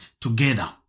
together